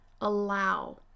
allow